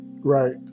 Right